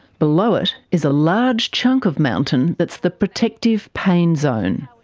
below it is a large chunk of mountain that's the protective pain zone.